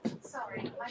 Sorry